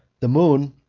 the moon,